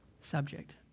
subject